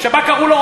אני מקווה שלא היית